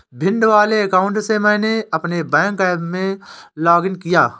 भिंड वाले अकाउंट से मैंने अपने बैंक ऐप में लॉग इन किया